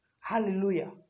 Hallelujah